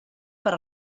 per